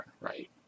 right